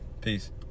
peace